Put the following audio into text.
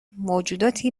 موجوداتی